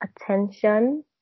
attention